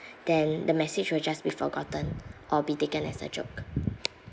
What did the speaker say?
then the message will just be forgotten or be taken as a joke